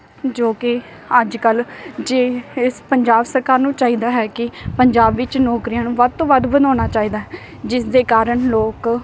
ਜੋ ਕਿ ਅੱਜ ਕੱਲ੍ਹ ਜੇ ਇਸ ਪੰਜਾਬ ਸਰਕਾਰ ਨੂੰ ਚਾਹੀਦਾ ਹੈ ਕਿ ਪੰਜਾਬ ਵਿੱਚ ਨੌਕਰੀਆਂ ਨੂੰ ਵੱਧ ਤੋਂ ਵੱਧ ਬਣਾਉਣਾ ਚਾਹੀਦਾ ਜਿਸ ਦੇ ਕਾਰਨ ਲੋਕ